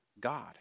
God